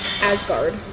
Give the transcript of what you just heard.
Asgard